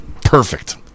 perfect